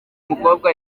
mukobwa